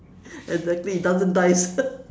exactly doesn't dies